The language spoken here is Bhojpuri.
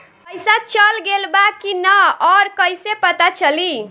पइसा चल गेलऽ बा कि न और कइसे पता चलि?